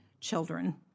children